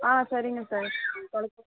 ஆ சரிங்க சார்